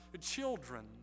children